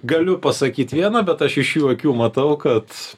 galiu pasakyt vieną bet aš iš jo akių matau kad